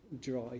dry